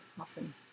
often